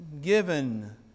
given